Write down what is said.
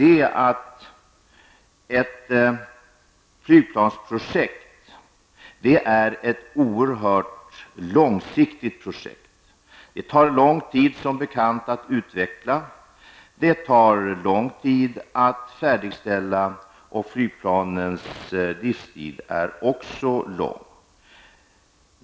Ett flygplansprojekt är ett oerhört långsiktigt projekt. Det tar som bekant lång tid att utveckla. Det tar lång tid att färdigställa, och även flygplanens livstid är lång.